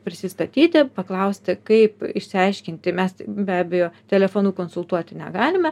prisistatyti paklausti kaip išsiaiškinti mes tik be abejo telefonu konsultuoti negalime